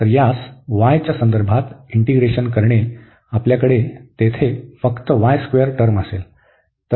तर यास y च्या संदर्भात इंटीग्रेशन करणे आपल्याकडे तेथे फक्त y स्क्वेअर टर्म असेल